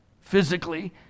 physically